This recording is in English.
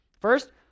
First